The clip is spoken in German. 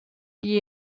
die